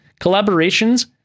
collaborations